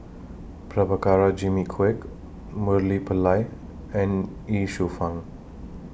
Prabhakara Jimmy Quek Murali Pillai and Ye Shufang